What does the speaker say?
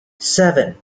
seven